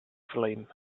flame